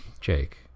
jake